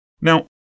Now